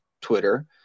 Twitter